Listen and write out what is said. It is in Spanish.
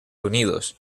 unidos